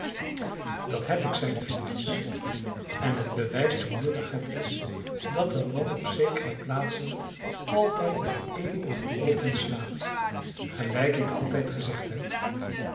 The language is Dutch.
dat heb ik zeide phineas en het bewijst hoe nuttig het is dat een man op zekere plaatsen altijd met één oor open slaapt gelijk ik altijd gezegd heb